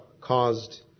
caused